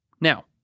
Now